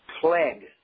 plague